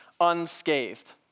unscathed